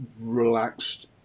relaxed